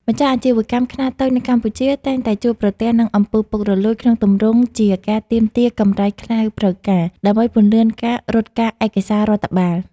ម្ចាស់អាជីវកម្មខ្នាតតូចនៅកម្ពុជា តែងតែជួបប្រទះនឹង អំពើពុករលួយ ក្នុងទម្រង់ជាការទាមទារកម្រៃក្រៅផ្លូវការ ដើម្បីពន្លឿនការរត់ការឯកសាររដ្ឋបាល។